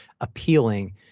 appealing